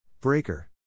Breaker